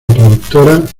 productora